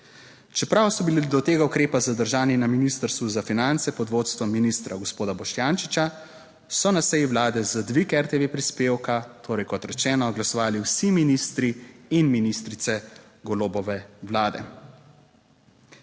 Čeprav so bili do tega ukrepa zadržani na ministrstvu za finance pod vodstvom ministra gospoda Boštjančiča, so na seji vlade za dvig RTV prispevka, torej, kot rečeno, glasovali vsi ministri in ministrice Golobove vlade.